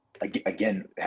again